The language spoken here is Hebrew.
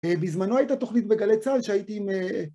בזמנו הייתה תוכנית בגלי צה"ל שהייתי...